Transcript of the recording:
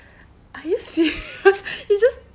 are you serious you just